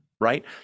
right